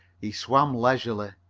he swam leisurely.